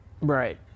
Right